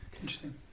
interesting